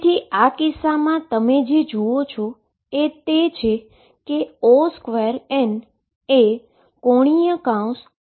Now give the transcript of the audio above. તેથી આ કિસ્સામાં તમે જે જુઓ છો એ તે છે કે On2 એ ⟨O2⟩ જેવું જ છે